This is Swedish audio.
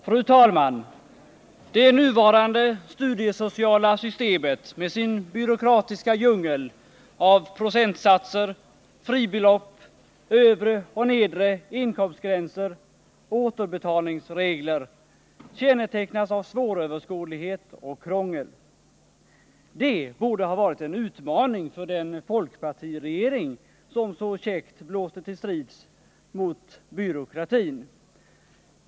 Fru talman! Det nuvarande studiesociala systemet, med dess byråkratiska djungel av procentsatser, fribelopp, övre och nedre inkomstgränser och återbetalningsregler, kännetecknas av svåröverskådlighet och krångel. Det borde ha varit en utmaning för den folkpartiregering som så käckt blåste till strid mot byråkratin.